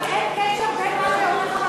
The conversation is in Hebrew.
רק אין קשר בין מה שהוא אמר,